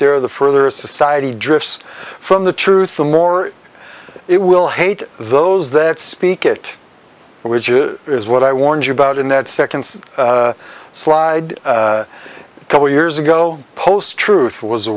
there the further a society drifts from the truth the more it will hate those that speak it which is what i warned you about in that second slide a couple years ago post truth was a